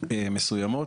מסוימות